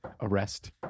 Arrest